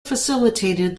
facilitated